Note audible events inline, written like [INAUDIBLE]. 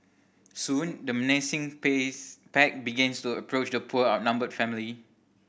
soon the menacing pace pack began [UNINTELLIGIBLE] to approach the poor outnumbered family